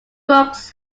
books